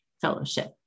fellowship